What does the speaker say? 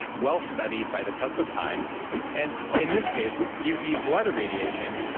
well studied by the test of time and in this case, uv blood irradiation,